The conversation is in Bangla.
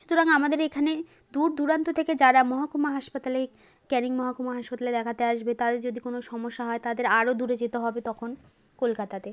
সুতরাং আমাদের এখানে দূরদূরান্ত থেকে যারা মহকুমা হাসপাতালে ক্যানিং মহকুমা হাসপাতালে দেখাতে আসবে তাদের যদি কোনো সমস্যা হয় তাদের আরও দূরে যেতে হবে তখন কলকাতাতে